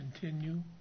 continue